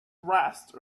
raced